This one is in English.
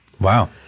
Wow